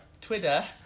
twitter